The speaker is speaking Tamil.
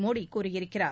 மோடி கூறியிருக்கிறார்